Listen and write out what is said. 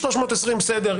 320, בסדר.